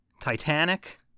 Titanic